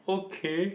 okay